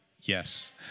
yes